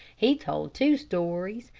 he told two stories,